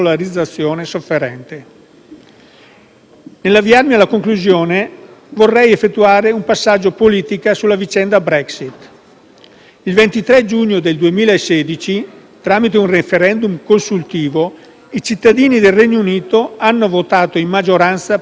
Nell'avviarmi alla conclusione, vorrei effettuare un passaggio politico sulla vicenda Brexit. Il 23 giugno del 2016, tramite un *referendum* consultivo, i cittadini del Regno Unito hanno votato in maggioranza per l'uscita dall'Unione europea.